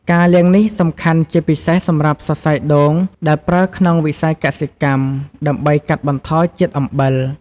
ការលាងនេះសំខាន់ជាពិសេសសម្រាប់សរសៃដូងដែលប្រើក្នុងវិស័យកសិកម្ម ដើម្បីកាត់បន្ថយជាតិអំបិល។